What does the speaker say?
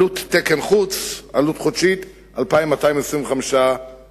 עלות חודשית של תקן-חוץ היא 2,225 שקלים.